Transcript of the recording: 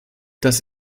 das